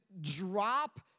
drop